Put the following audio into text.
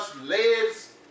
lives